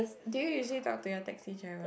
do you usually talk to your taxi driver